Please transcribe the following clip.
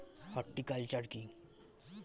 Horticulture কি?